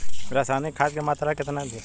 रसायनिक खाद के मात्रा केतना दी?